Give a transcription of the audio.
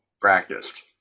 practiced